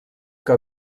que